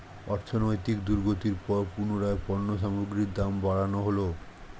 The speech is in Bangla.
অর্থনৈতিক দুর্গতির পর পুনরায় পণ্য সামগ্রীর দাম বাড়ানো হলো